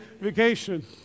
vacation